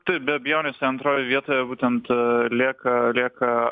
taip be abejonės tai antroj vietoj jeigu ten tai lieka lieka